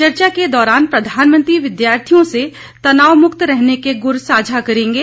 चर्चा के दौरान प्रधानमंत्री विद्यार्थियों से तनावमुक्त रहने के गुर साझा करेंगे